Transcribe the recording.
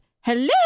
Hello